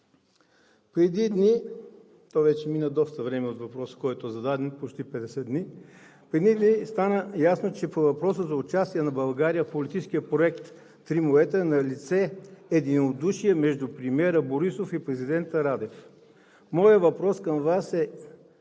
Преди дни – мина доста време от въпроса, който е зададен, почти 50 дни – стана ясно, че по въпроса за участието на България в политическия проект „Три морета“ е налице единодушие между премиера Борисов и президента Радев. Моят въпрос към Вас е: